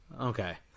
Okay